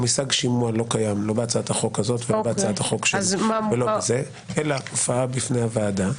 המושג שימוע לא קיים בהצעת החוק אלא הופעה בפני הוועדה.